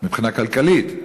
מבחינה כלכלית,